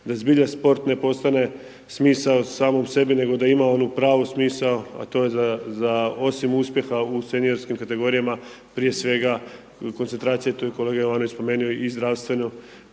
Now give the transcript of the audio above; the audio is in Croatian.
a zbilja sport ne postane smisao samom sebi nego da ima onu pravu smisao, a to je za, osim uspjeha u seniorskim kategorijama, koncentracija, tu je kolega Jovanović spomenuo i zdravstveno